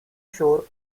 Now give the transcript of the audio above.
shore